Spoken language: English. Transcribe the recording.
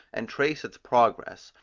and trace its progress,